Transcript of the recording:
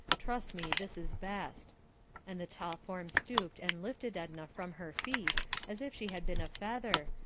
trust me, this is best and the tall form stooped and lifted edna from her feet as if she had been a feather,